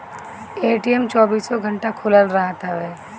ATM चौबीसो घंटा खुलल रहत हवे